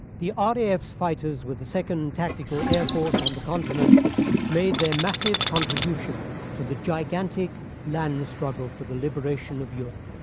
the ah ah raf's fighters were the second tactical air force on the continent made their massive contribution to the gigantic land struggle for the liberation of europe.